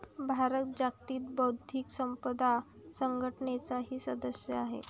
भारत जागतिक बौद्धिक संपदा संघटनेचाही सदस्य आहे